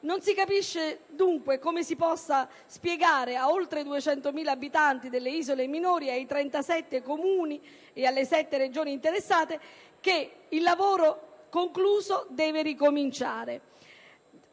Non si capisce dunque come si possa spiegare agli oltre 200.000 abitanti delle isole minori, ai 37 Comuni e alle 7 Regioni interessate che il lavoro concluso deve ricominciare.